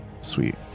Sweet